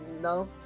No